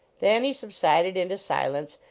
thanny subsided into silence,